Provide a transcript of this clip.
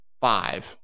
five